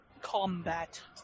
Combat